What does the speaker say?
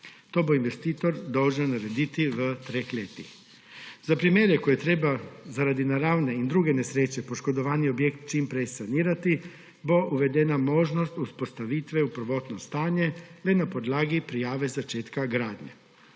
To bo investitor dolžan narediti v treh letih. Za primere, ko je treba zaradi naravne in druge nesreče poškodovani objekt čim prej sanirati, bo uvedena možnost vzpostavitve v prvotno stanje le na podlagi prijave začetka gradnje.